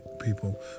people